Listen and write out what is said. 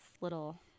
little